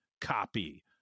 copy